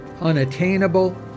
unattainable